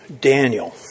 Daniel